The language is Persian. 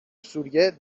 سوریه